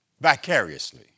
vicariously